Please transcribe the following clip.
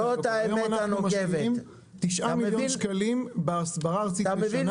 היום אנחנו משקיעים תשעה מיליון שקלים בהסברה הארצית בשנה,